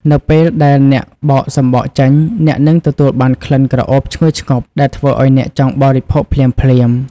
នៅពេលដែលអ្នកបកសម្បកចេញ អ្នកនឹងទទួលបានក្លិនក្រអូបឈ្ងុយឈ្ងប់ដែលធ្វើឱ្យអ្នកចង់បរិភោគភ្លាមៗ។